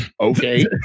okay